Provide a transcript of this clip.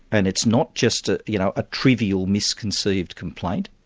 and it's not just a you know trivial misconceived complaint,